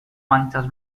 manchas